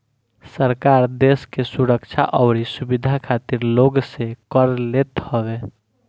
सरकार देस के सुरक्षा अउरी सुविधा खातिर लोग से कर लेत हवे